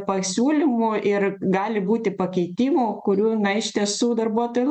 pasiūlymų ir gali būti pakeitimų kurių na iš tiesų darbuotojų